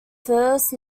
first